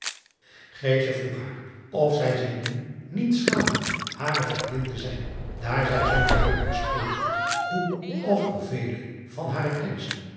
vroeg haar of zij zich nu niet schaamde hare vriendin te zijn daar zij zoo duidelijk bespeurd had hoe of er vele van hare kennissen